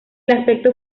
aspecto